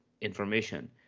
information